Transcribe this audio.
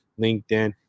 LinkedIn